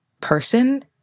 person